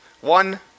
One